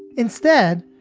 instead,